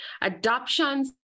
Adoptions